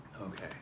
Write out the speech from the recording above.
Okay